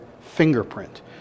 fingerprint